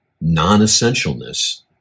non-essentialness